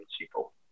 people